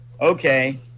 Okay